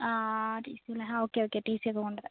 ആ okay okay T C ഒക്കെ കൊണ്ടു വരാം